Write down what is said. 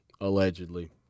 allegedly